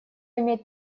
имеет